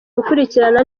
gukurikirana